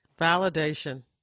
Validation